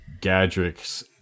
Gadrick's